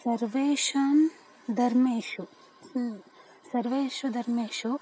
सर्वेषां धर्मेषु सर्वेषु धर्मेषु